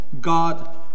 God